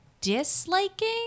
disliking